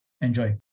Enjoy